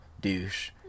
douche